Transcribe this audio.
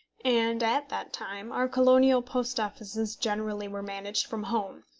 and at that time, our colonial post offices generally were managed from home,